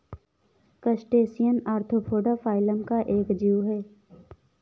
crustacean arthropoda phylum का एक जीव है